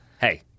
Hey